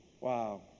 wow